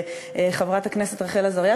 חברת הכנסת רחל עזריה,